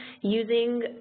using